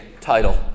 title